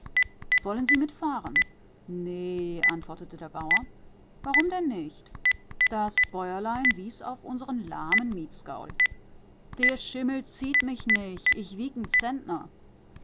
wollen sie mitfahren nee antwortete der bauer warum denn nicht das bäuerlein wies auf unseren lahmen mietsgaul der schimmel zieht mich nich ich wieg